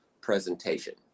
presentation